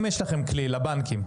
האם יש לכם איזשהו כלי, לבנקים,